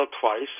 twice